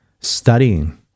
Studying